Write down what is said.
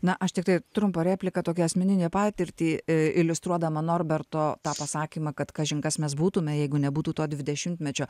na aš tiktai trumpą repliką tokią asmeninę patirtį iliustruodama norberto tą pasakymą kad kažin kas mes būtume jeigu nebūtų to dvidešimtmečio